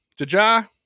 Jaja